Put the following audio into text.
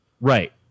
Right